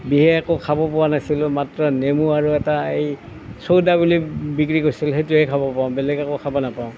বিশেষ একো খাব পোৱা নাছিলোঁ মাত্ৰ নেমু আৰু এটা এই চৌডা বুলি বিক্ৰী কৰিছিল সেইটোহে খাব পাওঁ বেলেগ একো খাব নাপাওঁ